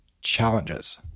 challenges